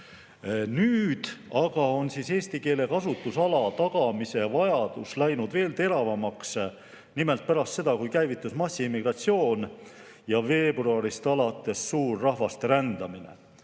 Nüüd aga on eesti keele kasutusala tagamise vajadus läinud veel teravamaks. Nimelt pärast seda, kui käivitus massiimmigratsioon ja veebruarist alates suur rahvaste rändamine.